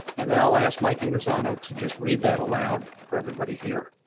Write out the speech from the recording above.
and then i'll ask mike ingrassano to just read that aloud for everybody here.